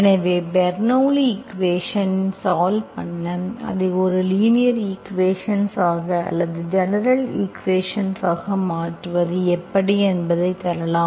எனவே பெர்னோள்ளி ன் equation solve பண்ண அதை ஒரு லீனியர் ஈக்குவேஷன் ஆக அல்லது ஜெனரல் ஈக்குவேஷன் ஆக மாற்றுவது எப்படி என்பதை தரலாம்